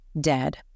dead